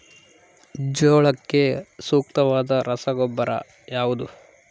ಜೋಳಕ್ಕೆ ಸೂಕ್ತವಾದ ರಸಗೊಬ್ಬರ ಯಾವುದು?